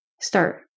start